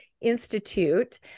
Institute